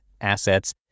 assets